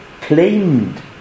claimed